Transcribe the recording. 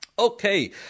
Okay